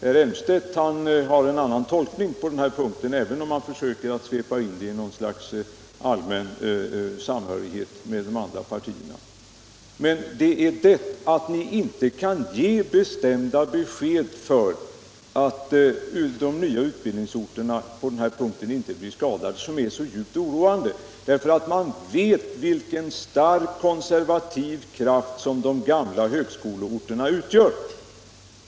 Herr Elmstedt har på den punkten en annan tolkning, även om han försöker svepa in den i något slags allmän samhörighet med de andra partierna. Vad som är oroande, det är att ni inte kan ge bestämda besked som garanterar att de nya utbildningsorterna på den här punkten inte blir missgynnade, särskilt som man vet vilken stark konservativ kraft de gamla högskoleorterna utgör.